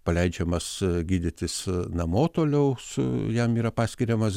paleidžiamas gydytis namo toliau su jam yra paskiriamas